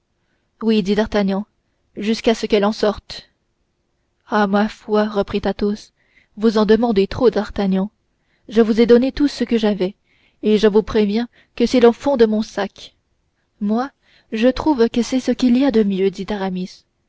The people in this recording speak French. d'artagnan jusqu'à ce qu'elle en sorte ah ma foi reprit athos vous en demandez trop d'artagnan je vous ai donné tout ce que j'avais et je vous préviens que c'est le fond de mon sac moi je trouve que c'est ce qu'il y a de mieux dit aramis